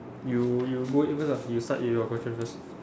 you you go in first lah you start with your question first